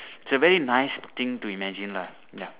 it's a very nice thing to imagine lah ya